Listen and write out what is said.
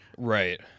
right